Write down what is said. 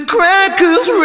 Crackers